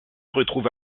retrouve